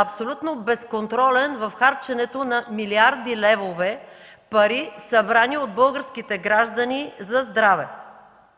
абсолютно безконтролен в харченето на милиарди левове – пари, събрани от българските граждани за здраве.